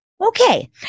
okay